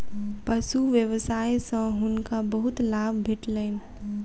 पशु व्यवसाय सॅ हुनका बहुत लाभ भेटलैन